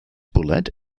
bwled